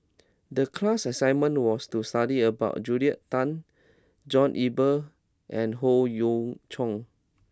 the class assignment was to study about Julia Tan John Eber and Howe Yoon Chong